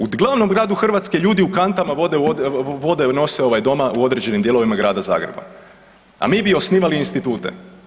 U glavnom gradu Hrvatske, ljudi u kantama vode nose doma u određenim dijelovima grada Zagreba a mi bi osnivali institute.